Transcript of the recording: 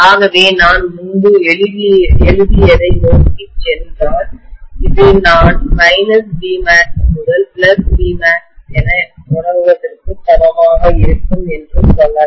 ஆகவே நான் முன்பு எழுதியதை நோக்கிச் சென்றால் இது நான் Bmax முதல் Bmaxஎன தொடங்குவதற்கு சமமாக இருக்கும் என்று சொல்லலாம்